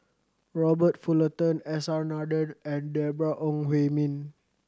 Robert Fullerton S R Nathan and Deborah Ong Hui Min